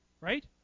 right